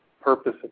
purpose